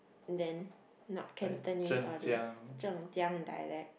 then not Cantonese all these dialect